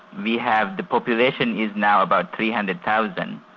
we have the population is now about three hundred thousand.